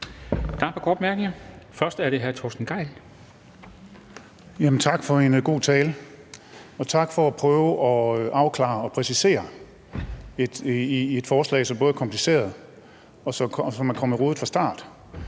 Tak for en god tale. Og tak for at prøve at afklare og præcisere et forslag, som både er kompliceret og er kommet rodet fra start.